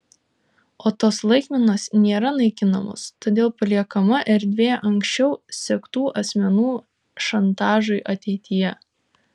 o tos laikmenos nėra naikinamos todėl paliekama erdvė anksčiau sektų asmenų šantažui ateityje